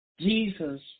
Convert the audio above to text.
Jesus